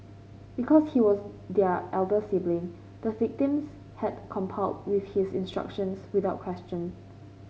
because he was their elder sibling the victims had complied with his instructions without question